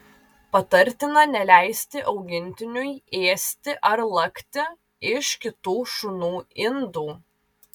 patartina neleisti augintiniui ėsti ar lakti iš kitų šunų indų